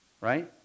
right